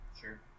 Sure